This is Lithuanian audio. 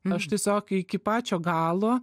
aš tiesiog iki pačio galo